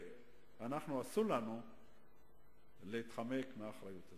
אסור לנו להתחמק מהאחריות.